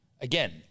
Again